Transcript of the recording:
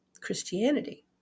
Christianity